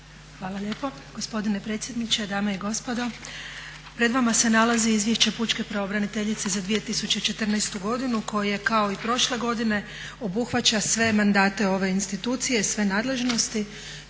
Hvala lijepo. Gospodine predsjedniče, dame i gospodo, pred vama je nalazi Izvješće pučke pravobraniteljice za 2014. godinu koje kao i prošle godine obuhvaća sve mandate ove institucije, sve nadležnosti